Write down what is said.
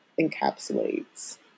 encapsulates